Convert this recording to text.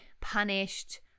punished